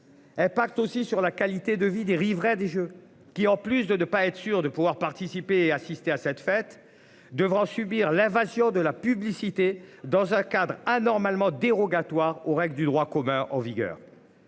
Impact aussi sur la qualité de vie des riverains des jeux qui en plus de ne pas être sûr de pouvoir participer et assister à cette fête devra subir l'invasion de la publicité dans un cadre anormalement dérogatoire aux règles du droit commun en vigueur.